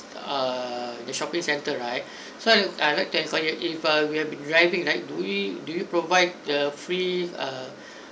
uh the shopping centre right so I'd like to enquire you if uh we have been driving like do we do you provide the free